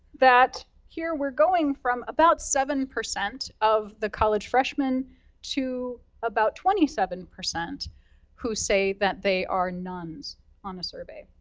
that here we're going from about seven percent of the college freshmen to about twenty seven percent who say that they are nones on a survey.